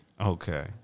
Okay